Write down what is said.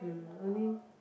mm only